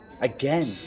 Again